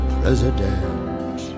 President